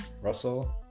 Russell